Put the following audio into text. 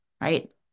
right